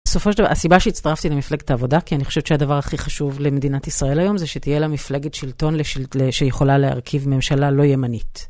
בסופו של דבר הסיבה שהצטרפתי למפלגת העבודה כי אני חושבת שהדבר הכי חשוב למדינת ישראל היום זה שתהיה לה מפלגת שלטון שיכולה להרכיב ממשלה לא ימנית.